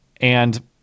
and-